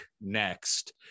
next